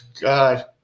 God